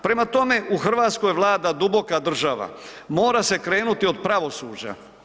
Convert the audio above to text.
Prema tome u Hrvatskoj vlada duboka država, mora se krenuti od pravosuđa.